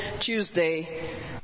Tuesday